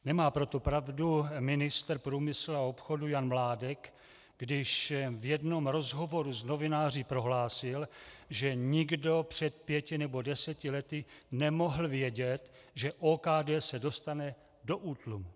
Nemá proto pravdu ministr průmyslu a obchodu Jan Mládek, když v jednom rozhovoru s novináři prohlásil, že nikdo před pěti nebo deseti lety nemohl vědět, že OKD se dostane do útlumu.